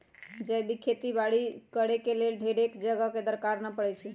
जैविक खेती बाड़ी करेके लेल ढेरेक जगह के दरकार न पड़इ छइ